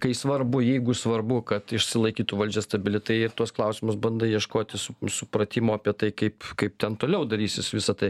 kai svarbu jeigu svarbu kad išsilaikytų valdžia stabili tai ir tuos klausimus bandai ieškoti su supratimo apie tai kaip kaip ten toliau darysis visa tai